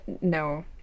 No